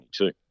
2022